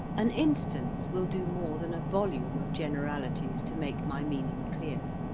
an instance will do more than a volume of generalities to make my meaning clear.